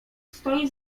stoi